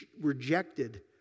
rejected